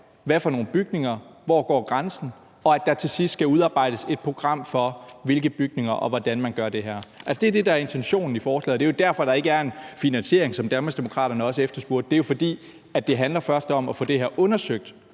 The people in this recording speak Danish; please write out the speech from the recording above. er for nogle bygninger, og hvor grænsen går, og at der så til sidst skal udarbejdes et program for, hvilke bygninger det er, og hvordan man gør det her. Det er det, der er intentionen i forslaget, og det er jo derfor, der ikke er en finansiering, som Danmarksdemokraterne også efterspurgte. Det er jo, fordi det først handler om at få det her undersøgt,